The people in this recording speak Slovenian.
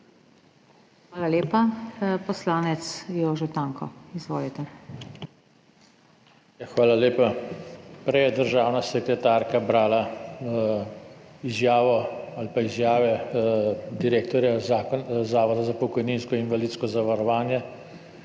Hvala lepa. Poslanec Jože Tanko, izvolite. **JOŽE TANKO (PS SDS):** Hvala lepa. Prej je državna sekretarka brala izjavo ali pa izjave direktorja Zavoda za pokojninsko in invalidsko zavarovanje